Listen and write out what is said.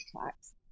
tracks